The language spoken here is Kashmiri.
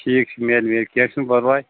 ٹھیٖک میلہِ میلہِ کیٚنٛہہ چھُنہٕ پرواے